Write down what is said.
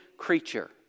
creature